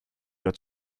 your